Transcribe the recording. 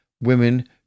women